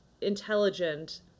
intelligent